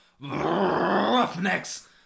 roughnecks